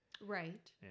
Right